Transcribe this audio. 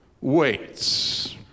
waits